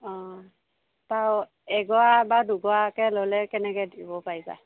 অ তো এগৰা বা দুগৰাকৈ ল'লে কেনেকৈ দিব পাৰিবা